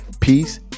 Peace